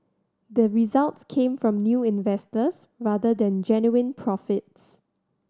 the resorts came from new investors rather than genuine profits